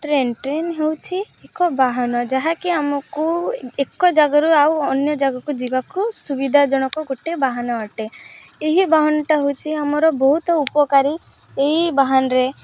train train ହେଉଛି ଏକ ବାହାନ ଯାହାକି ଆମକୁ ଏକ ଜାଗାରୁ ଆଉ ଅନ୍ୟ ଜାଗାକୁ ଯିବାକୁ ସୁବିଧା ଜନକ ଗୋଟେ ବାହାନ ଅଟେ ଏହି ବାହନଟା ହେଉଛି ଆମର ବହୁତ ଉପକାରୀ ଏହି ବାହାନରେ